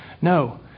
No